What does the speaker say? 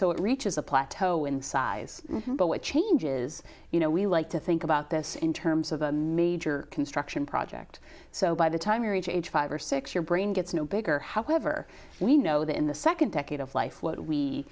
so it reaches a plateau in size but what change is you know we like to think about this in terms of a major construction project so by the time you reach age five or six your brain gets no bigger however we know that in the second decade of life what we